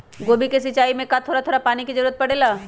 गोभी के सिचाई में का थोड़ा थोड़ा पानी के जरूरत परे ला?